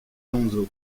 alonso